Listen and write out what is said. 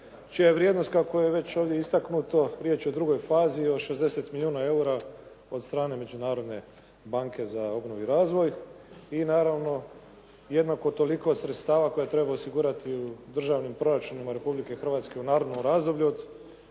čija je vrijednost, kako je već ovdje istaknuto, riječ je o drugoj fazi od 60 milijuna eura od strane Međunarodne banke za obnovu i razvoj i naravno, jednako toliko sredstava koje treba osigurati u državnim proračunima Republike Hrvatske u narednom razdoblju